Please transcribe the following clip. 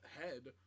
head